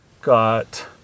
got